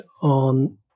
on